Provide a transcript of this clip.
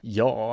ja